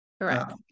Correct